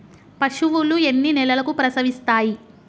పశువులు ఎన్ని నెలలకు ప్రసవిస్తాయి?